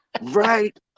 right